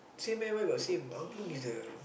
same meh where got same angklung is the